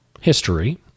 history